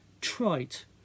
trite